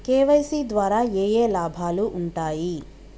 KYC ద్వారా ఏఏ లాభాలు ఉంటాయి?